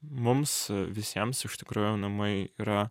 mums visiems iš tikrųjų namai yra